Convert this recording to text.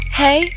hey